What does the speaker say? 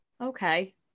Okay